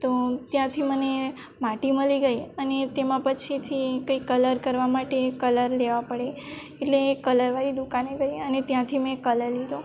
તો ત્યાંથી મને માટી મળી ગઈ અને તેમાં પછીથી તે કલર કરવા માટે કલર લેવા પડે એટલે કલરવાળી દુકાને ગઈ અને ત્યાંથી મેં કલર લીધો